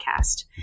podcast